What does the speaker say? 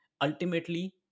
ultimately